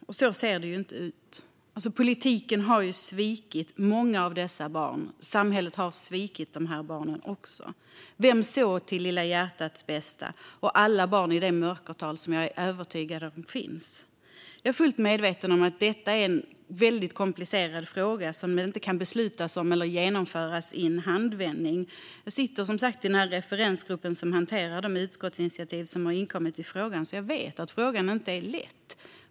Men så ser det inte ut. Politiken har svikit många av dessa barn. Samhället har svikit dem. Vem såg till Lilla hjärtats bästa? Det gäller alla barn i det mörkertal som jag är övertygad om finns. Jag är fullt medveten om att detta är komplicerade frågor, som det inte kan beslutas om i en handvändning. Jag sitter med i den referensgrupp som hanterar de utskottsinitiativ som har inkommit i frågan. Jag vet att det inte är lätt.